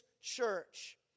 church